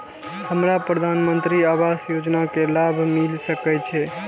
हमरा प्रधानमंत्री आवास योजना के लाभ मिल सके छे?